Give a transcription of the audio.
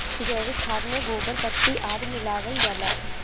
जैविक खाद में गोबर, पत्ती आदि मिलावल जाला